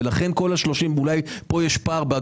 לכן כל ה-30 ואולי פה יש פער.